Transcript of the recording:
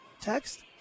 text